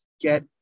get